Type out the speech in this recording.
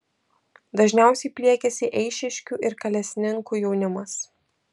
dažniausiai pliekiasi eišiškių ir kalesninkų jaunimas